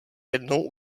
jednou